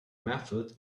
method